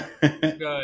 Good